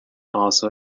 also